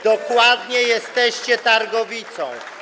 Dokładnie jesteście targowicą.